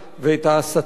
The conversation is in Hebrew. ואת ההסתה,